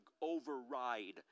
override